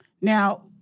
Now